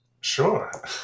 Sure